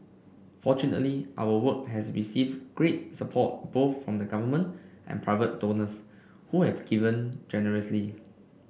fortunately our work has received great support both from the government and private donors who had given generously